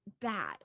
bad